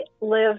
live